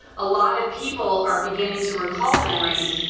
a lot of people are beginning to recall memories,